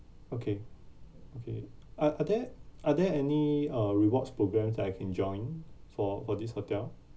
okay okay uh are there are there any uh rewards programs I can join for for this hotel